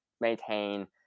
maintain